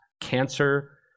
cancer